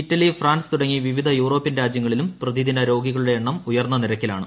Italy France തുടങ്ങി വിവിധ European രാജ്യങ്ങളിലും പ്രതിദിന രോഗികളുടെ എണ്ണം ഉയർന്ന നിരക്കിലാണ്